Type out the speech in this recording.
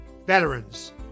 Veterans